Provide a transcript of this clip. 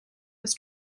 was